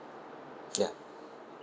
ya